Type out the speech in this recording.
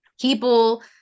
people